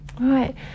right